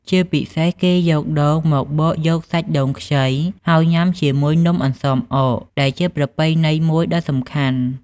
ជាពិសេស គេយកដូងមកបកយកសាច់ដូងខ្ចី ហើយញ៉ាំជាមួយនំអន្សមអក ដែលជាប្រពៃណីមួយដ៏សំខាន់។